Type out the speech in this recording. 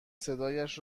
صدایش